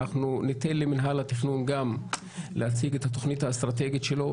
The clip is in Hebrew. ניתן למשרד התכנון להציג את התוכנית האסטרטגית שלו.